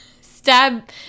stab